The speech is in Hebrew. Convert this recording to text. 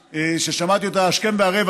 ששמעתי אותה השכם והערב,